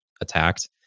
attacked